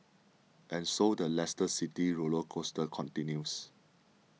and so the Leicester City roller coaster continues